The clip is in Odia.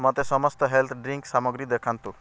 ମୋତେ ସମସ୍ତ ହେଲ୍ଥ୍ ଡ୍ରିଙ୍କ୍ ସାମଗ୍ରୀ ଦେଖାନ୍ତୁ